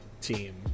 team